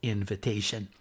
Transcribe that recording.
Invitation